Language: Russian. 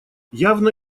явно